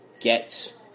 get